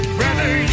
Brother